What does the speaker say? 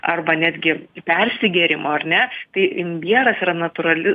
arba netgi persigėrimo ar ne tai imbieras yra natūrali